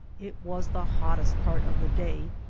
it was the hottest part of the day,